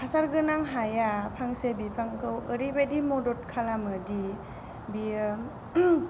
हासार गोनां हाया फांसे बिफांखौ ओरैबादि मदद खालामोदि बियो